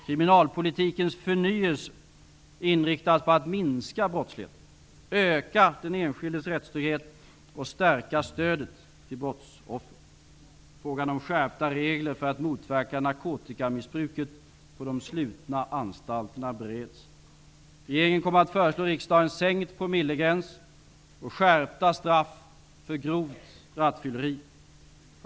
Kriminalpolitikens förnyelse inriktas på att minska brottsligheten, öka den enskildes rättstrygghet och stärka stödet till brottsoffer. Frågan om skärpta regler för att motverka narkotikamissbruket på de slutna anstalterna bereds. Regeringen kommer att förslå riksdagen sänkt promillegräns och skärpta straff för grovt rattfylleri.